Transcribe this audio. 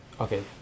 okay